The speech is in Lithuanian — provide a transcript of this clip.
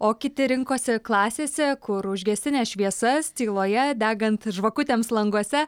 o kiti rinkosi klasėse kur užgesinę šviesas tyloje degant žvakutėms languose